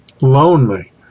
Lonely